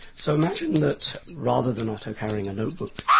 so imagine that rather than otto carrying a notebook,